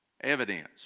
Evidence